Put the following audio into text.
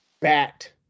bat